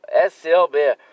SLB